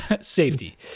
safety